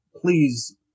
Please